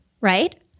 right